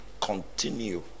continue